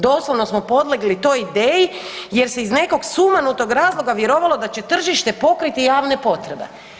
Doslovno smo podlegli toj ideji, jer se iz nekog sumanutog razloga vjerovalo da će tržište pokriti javne potrebe.